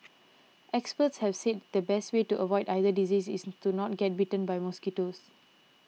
experts have said the best way to avoid either disease is to not get bitten by mosquitoes